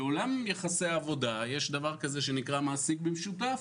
בעולם יחסי העבודה יש דבר שנקרא מעסיק במשותף,